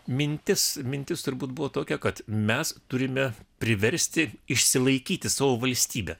mintis mintis turbūt buvo tokia kad mes turime priversti išsilaikyti savo valstybę